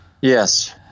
Yes